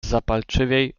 zapalczywiej